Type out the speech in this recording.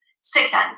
Second